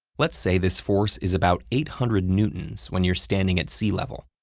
let's say this force is about eight hundred newtons when you're standing at sea level.